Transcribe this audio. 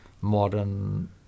modern